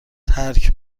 ترک